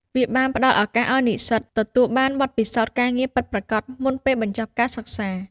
វាបានផ្តល់ឱកាសឱ្យនិស្សិតទទួលបានបទពិសោធន៍ការងារពិតប្រាកដមុនពេលបញ្ចប់ការសិក្សា។